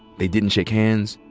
they didn't shake hands.